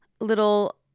little